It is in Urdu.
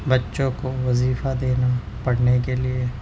بچوں کو وظیفہ دینا پڑھنے کے لیے